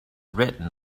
written